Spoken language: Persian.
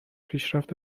پیشرفت